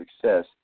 success –